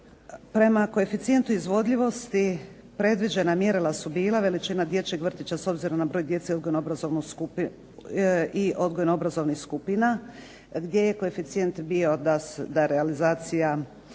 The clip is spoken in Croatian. Prema koeficijentu izvodljivosti predviđena mjerila su bila veličina dječjeg vrtića s obzirom na broj djece odgojno obrazovnih skupina gdje je koeficijent bio da realizacija